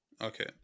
okay